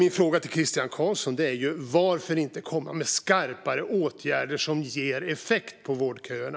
Min fråga till Christian Carlsson är: Varför inte komma med skarpare åtgärder som ger effekt på vårdköerna?